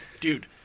Dude